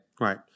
Right